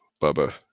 Bubba